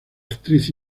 actriz